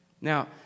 Now